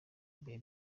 ibihe